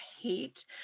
hate